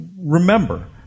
Remember